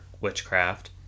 witchcraft